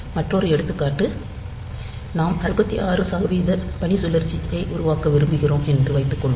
மற்றொரு எடுத்துக்காட்டு நாம் 66 சதவீத பணிச்சுழற்சியை உருவாக்க விரும்புகிறோம் என்று வைத்துக்கொள்வோம்